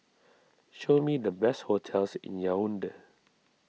show me the best hotels in Yaounde